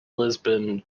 lisbon